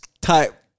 type